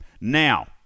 Now